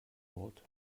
wort